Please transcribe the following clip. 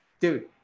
dude